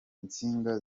insinga